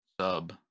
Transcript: sub